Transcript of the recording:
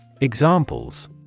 Examples